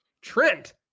Trent